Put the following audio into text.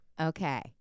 Okay